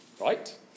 right